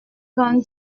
vingt